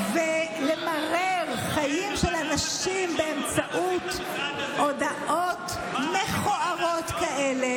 ולמרר חיים של אנשים באמצעות הודעות מכוערות כאלה,